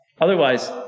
otherwise –